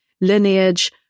lineage